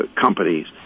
companies